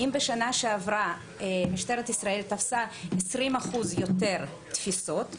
בשנה שעברה משטרת ישראל תפסה 20 אחוז יותר תפיסות,